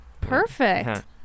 perfect